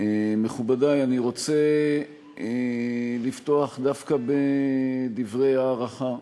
מכובדי, אני רוצה לפתוח דווקא בדברי הערכה,